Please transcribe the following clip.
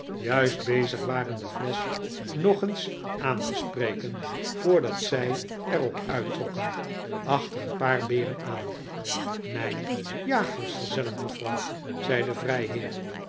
juist bezig waren de flesch nog eens aan te spreken voordat zij er op uit trokken achter een paar beren aan mijn jagersgezellen mevrouw zei de vrijheer